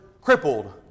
crippled